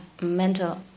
mental